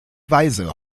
weise